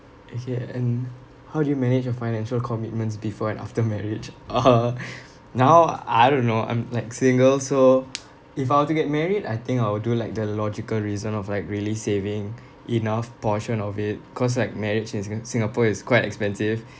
okay and how do you manage your financial commitments before and after marriage uh now I don't know I'm like single so if I were to get married I think I will do like the logical reason of like really saving enough portion of it cause like marriage in singa~ singapore is quite expensive